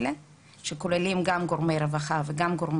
אמרתי הג׳וינט עושה ככה וככה אז הם יגידו